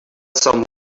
some